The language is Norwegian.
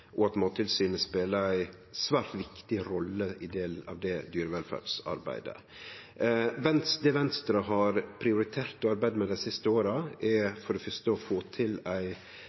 og at Mattilsynet speler ei svært viktig rolle i det dyrevelferdsarbeidet. Det Venstre har prioritert å arbeide med dei siste åra, er for det fyrste å få til ei